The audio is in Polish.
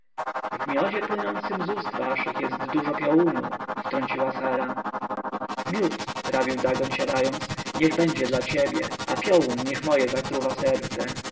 miodzie płynącym z ust waszych jest dużo piołunu wtrąciła sara miód prawił dagon siadając niech będzie dla ciebie a piołun niech moje zatruwa serce